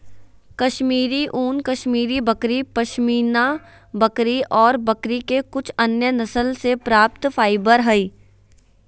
कश्मीरी ऊन, कश्मीरी बकरी, पश्मीना बकरी ऑर बकरी के कुछ अन्य नस्ल से प्राप्त फाइबर हई